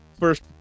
First